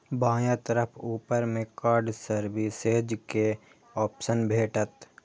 बायां तरफ ऊपर मे कार्ड सर्विसेज के ऑप्शन भेटत